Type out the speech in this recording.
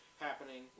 happening